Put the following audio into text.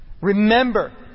Remember